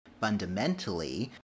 fundamentally